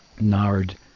Nard